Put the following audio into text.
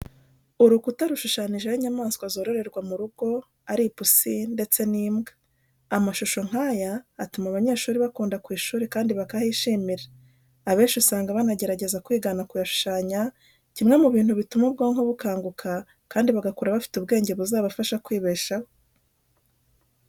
Urukuta rushushanyijeho inyamaswa zororerwa mu rugo ari ipusi ndetse n'imbwa. Amashusho nk'aya atuma abanyeshuri bakunda ku ishuri kandi bakahishimira. Abenshi usanga banagerageza kwigana kuyashushanya, kimwe mu bintu bituma ubwonko bukanguka kandi bagakura bafite ubwenge buzabafasha kwibeshaho.